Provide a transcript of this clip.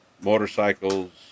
motorcycles